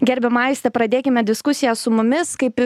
gerbiama aiste pradėkime diskusiją su mumis kaip